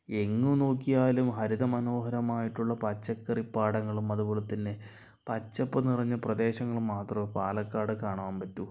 എങ്ങു നോക്കിയാലും മരത മനോഹരമായിട്ടുള്ള പച്ചക്കറി പാടങ്ങളും അതുപോലെ തന്നെ പച്ചപ്പ് നിറഞ്ഞ പ്രദേശങ്ങളും മാത്രമേ പാലക്കാട് കാണാൻ പറ്റു